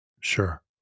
Sure